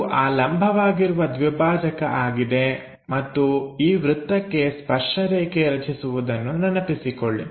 ಇದು ಆ ಲಂಬವಾಗಿರುವ ದ್ವಿಭಾಜಕ ಆಗಿದೆ ಮತ್ತು ಈ ವೃತ್ತಕ್ಕೆ ಸ್ಪರ್ಶ ರೇಖೆ ರಚಿಸುವುದನ್ನು ನೆನಪಿಸಿಕೊಳ್ಳಿ